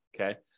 Okay